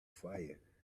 fire